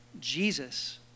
Jesus